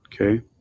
Okay